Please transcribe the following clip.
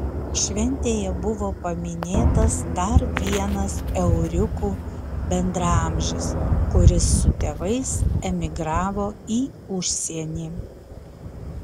šventėje buvo paminėtas dar vienas euriukų bendraamžis kuris su tėvais emigravo į užsienį